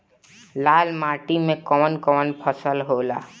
लाल माटी मे कवन कवन फसल होला?